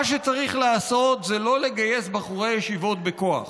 מה שצריך לעשות זה לא לגייס בחורי ישיבות בכוח.